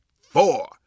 four